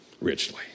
Richly